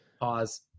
pause